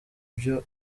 byo